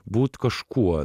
būt kažkuo